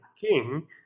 king